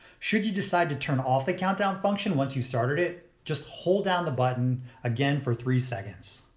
should you decide to turn off the countdown function once you started it, just hold down the button again for three seconds.